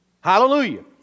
Hallelujah